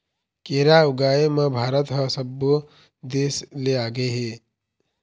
केरा ऊगाए म भारत ह सब्बो देस ले आगे हे